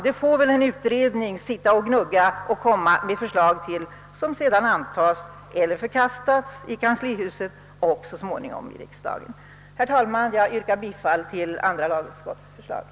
Om det får väl en utredning framlägga förslag, som sedan kan antas eller förkastas i Kanslihuset och så småningom i riksdagen. Herr talman! Jag yrkar bifall till andra lagutskottets hemställan.